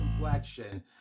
complexion